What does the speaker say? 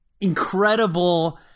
incredible